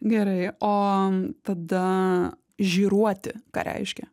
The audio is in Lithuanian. gerai o tada žiruoti ką reiškia